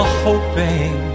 hoping